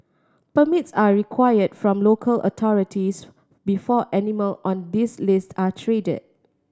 permits are required from local authorities before animal on this list are traded